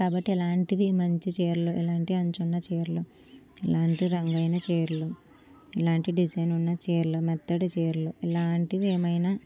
కాబట్టి ఇలాంటివి మంచి చీరలు ఇలాంటి అంచు ఉన్న చీరలు ఇలాంటి రంగు అయిన చీరలు ఇలాంటి డిజైన్ ఉన్న చీరలు మెత్తటి చీరలు ఇలాంటివి ఏమైన